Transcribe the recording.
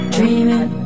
Dreaming